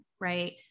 right